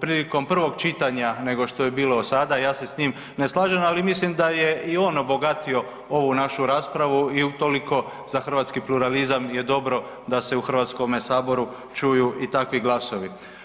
prilikom prvog čitanja nego što je bilo sada, ja se s tim ne slažem, ali mislim da je i on obogatio ovu našu raspravu i utoliko za hrvatski pluralizam je dobro da se u Hrvatskome saboru čuju i takvi glasovi.